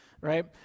right